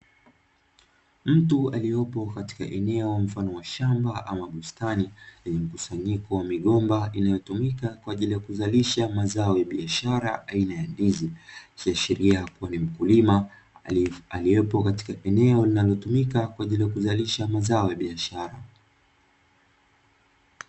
Mtu aliyopo katika eneo mfano wa shamba ama bustani, lenye mkusanyiko wa migomba inayotumika kwa ajili ya kuzalisha mazao ya biashara aina ya ndizi, ikiashiria kuwa ni mkulima aliyopo katika eneo linalotumika kwa ajili ya kuzalisha mazao ya biashara.